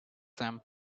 them